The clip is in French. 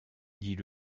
dit